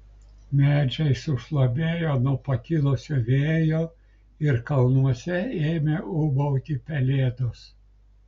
medžiai sušlamėjo nuo pakilusio vėjo ir kalnuose ėmė ūbauti pelėdos